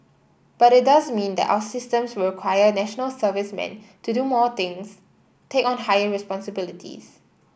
but it does mean that our systems will require National Servicemen to do more things take on higher responsibilities